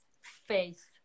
faith